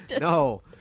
No